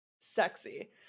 Sexy